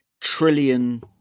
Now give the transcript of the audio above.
trillion